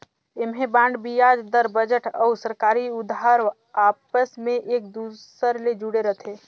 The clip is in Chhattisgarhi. ऐम्हें बांड बियाज दर, बजट अउ सरकारी उधार आपस मे एक दूसर ले जुड़े रथे